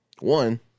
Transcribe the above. one